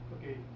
okay